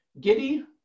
giddy